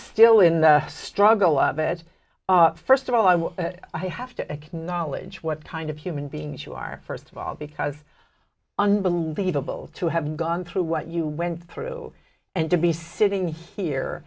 still in the struggle of it first of all i'm i have to acknowledge what kind of human beings you are first of all because unbelievable to have gone through what you went through and to be sitting here